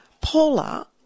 Paula